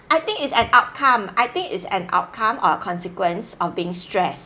I think it's an outcome I think it's an outcome or consequence of being stress